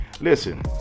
listen